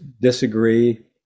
disagree